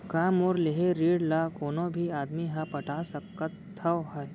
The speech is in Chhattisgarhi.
का मोर लेहे ऋण ला कोनो भी आदमी ह पटा सकथव हे?